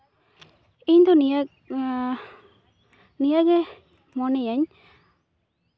ᱤᱧᱫᱚ ᱱᱤᱭᱟᱹ ᱱᱤᱭᱟᱹᱜᱤᱧ ᱢᱚᱱᱮᱭᱟ